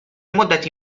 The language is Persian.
مدتی